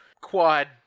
quad